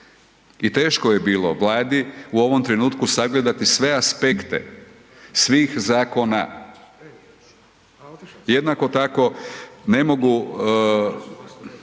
i teško je bilo Vladi u ovom trenutku sagledati sve aspekte svih zakona. Jednako tako, ne mogu